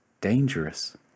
dangerous